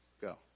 go